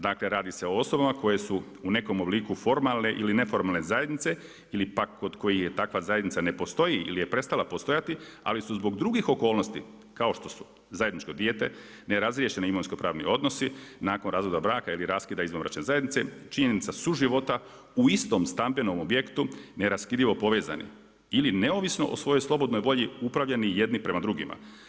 Dakle radi se o osobama koje su u nekom obliku formalne ili neformalne zajednice ili pak kod kojih je takva zajednica ne postoji ili je prestala postojati, ali su zbog drugih okolnosti kao što su zajedničko dijete, nerazriješeni imovinskopravni odnosi nakon razvoda braka ili raskida izvanbračne zajednica, činjenica suživota u istom stambenom objektu neraskidivo povezani ili neovisno o svojoj slobodnoj volji upravljeni jedni prema drugima.